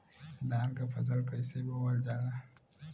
धान क फसल कईसे बोवल जाला?